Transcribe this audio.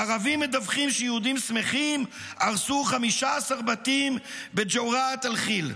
ערבים מדווחים שיהודים שמחים הרסו 15 בתים בג'ורת אל-חיל,